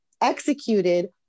executed